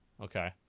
Okay